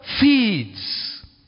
feeds